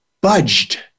budged